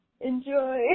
enjoy